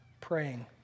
praying